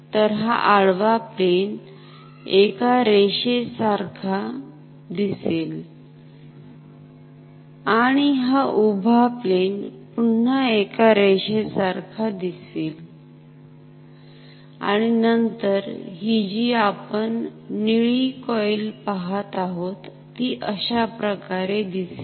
तर हा आडवा प्लेन एका रेषे सारखा दिसेल आणि हा उभा प्लेन पुन्हा एका रेषे सारखाच दिसेल आणि नंतर हि जी आपण निळी कॉईल पाहत आहोत ती अशाप्रकारे दिसेल